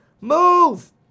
move